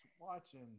watching